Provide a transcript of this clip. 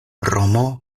romo